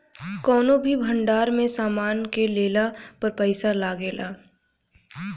कौनो भी भंडार में सामान के लेला पर पैसा लागेला